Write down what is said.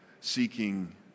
seeking